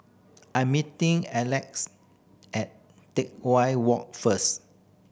I am meeting Aleck at Teck Whye Walk first